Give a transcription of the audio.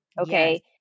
Okay